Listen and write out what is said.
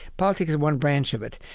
politics is one branch of it.